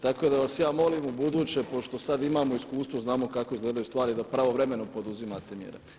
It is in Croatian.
Tako da vas ja molim ubuduće pošto sad imamo iskustvo, znamo kako izgledaju stvari da pravovremeno poduzimate mjere.